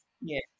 yes